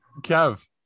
Kev